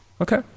okay